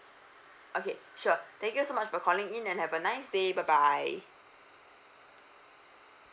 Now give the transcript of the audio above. okay sure thank you so much for calling in and have a nice day bye bye